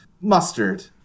mustard